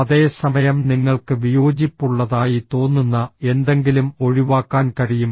അതേ സമയം നിങ്ങൾക്ക് വിയോജിപ്പുള്ളതായി തോന്നുന്ന എന്തെങ്കിലും ഒഴിവാക്കാൻ കഴിയും